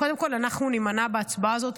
קודם כול אנחנו נימנע בהצבעה הזאת,